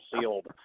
sealed